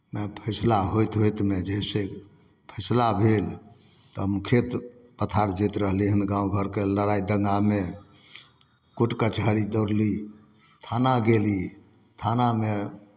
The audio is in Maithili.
मे फैसला होइत होइतमे जे हइ से फैसला भेल तऽ हम खेत पथार जोति रहली हन गाँव घरके लड़ाइ दंगामे कोर्ट कचहरी दौड़ली थाना गेली थानामे